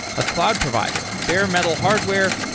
a cloud provider, bare metal hardware,